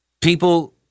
People